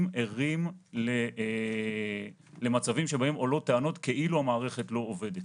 ערים למצבים שבהם עולות טענות כאילו המערכת לא עובדת.